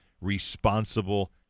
responsible